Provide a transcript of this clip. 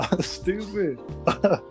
Stupid